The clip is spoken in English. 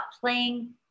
playing